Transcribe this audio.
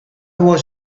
was